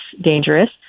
dangerous